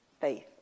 faith